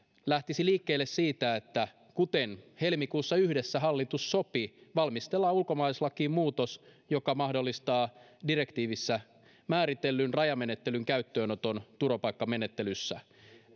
lähtisi liikkeelle siitä että kuten helmikuussa yhdessä hallitus sopi valmistellaan ulkomaalaislakiin muutos joka mahdollistaa direktiivissä määritellyn rajamenettelyn käyttöönoton turvapaikkamenettelyssä